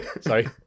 Sorry